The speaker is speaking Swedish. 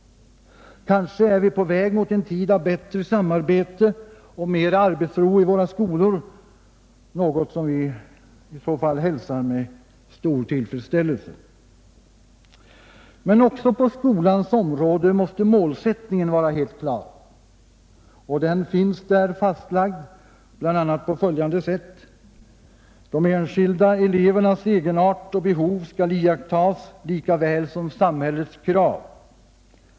Kanske är vi på väg mot en tid av bättre samarbete och mera arbetsro i våra skolor, något som vi i så fall hälsar med stor tillfredsställelse. Men också på skolans område måste målsättningen vara helt klar. Den finns också fastlagd, bl.a. på följande sätt: De enskilda elevernas egenart och behov skall iakttas lika väl som samhällets krav.